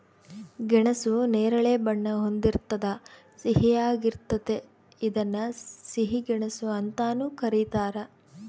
ಗೆಣಸು ನೇರಳೆ ಬಣ್ಣ ಹೊಂದಿರ್ತದ ಸಿಹಿಯಾಗಿರ್ತತೆ ಇದನ್ನ ಸಿಹಿ ಗೆಣಸು ಅಂತಾನೂ ಕರೀತಾರ